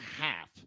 half